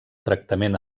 tractament